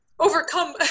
overcome